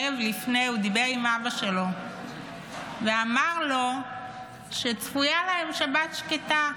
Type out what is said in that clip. ערב לפני כן הוא דיבר עם אבא שלו ואמר לו שצפויה להם שבת שקטה.